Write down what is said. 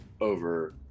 over